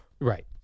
Right